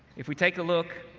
if we take a look,